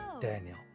daniel